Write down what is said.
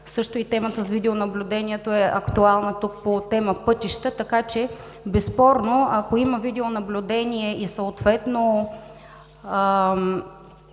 Също и темата с видеонаблюдението е актуална по тема „пътища“ така че безспорно, ако има видеонаблюдение и съответно